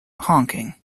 honking